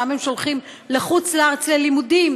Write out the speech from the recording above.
אותם הם שולחים לחוץ לארץ ללימודים,